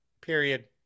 Period